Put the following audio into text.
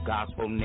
Gospel